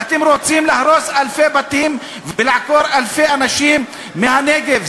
ואתם רוצים להרוס אלפי בתים ולעקור אלפי אנשים מהנגב.